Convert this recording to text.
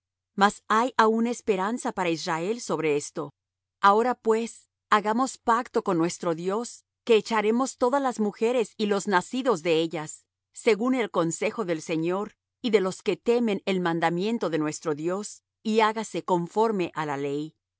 mas hay aún esperanza para israel sobre esto ahora pues hagamos pacto con nuestro dios que echaremos todas las mujeres y los nacidos de ellas según el consejo del señor y de los que temen el mandamiento de nuestro dios y hágase conforme á la ley